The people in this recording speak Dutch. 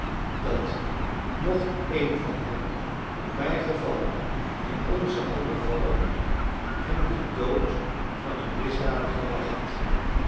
dat mocht een van hen bijgeval in onze handen vallen hem de dood van een misdadiger wacht